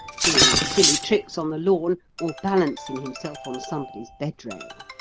doing silly tricks on the lawn, or balancing himself on somebody's bed-rail.